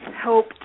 help